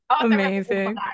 amazing